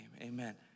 amen